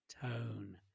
tone